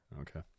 okay